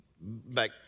back